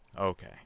Okay